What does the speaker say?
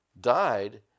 died